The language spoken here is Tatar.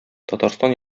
татарстан